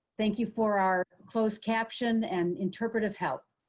thank you for our closed caption and interpretive help!